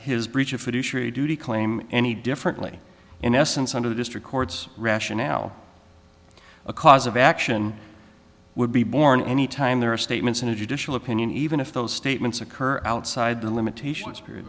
his breach of fiduciary duty claim any differently in essence under the district court's rationale a cause of action would be borne any time there are statements in a judicial opinion even if those statements occur outside the limitations period